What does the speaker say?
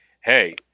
hey